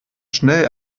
schnell